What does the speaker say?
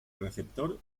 receptor